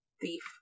thief